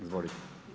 Izvolite.